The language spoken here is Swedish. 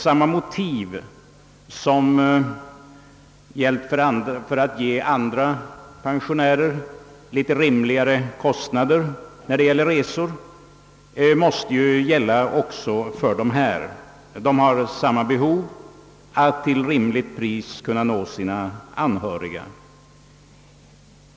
Samma motiv som gällt för att ge de sistnämnda litet rimligare kostnader för resor kan åberopas också beträffande förtidspensionärerna. De har samma behov att till måttligt pris kunna nå sina anhöriga.